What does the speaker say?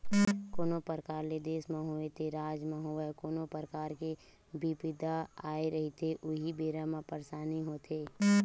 कोनो परकार ले देस म होवय ते राज म होवय कोनो परकार के बिपदा आए रहिथे उही बेरा म परसानी होथे